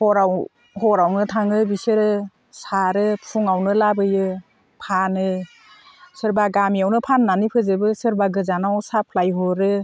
हरावनो थाङो बिसोरो सारो फुंआवनो लाबोयो फानो सोरबा गामियावनो फाननानै फोजोबो सोरबा गोजानाव साप्लाय हरो